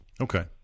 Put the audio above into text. Okay